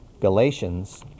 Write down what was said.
Galatians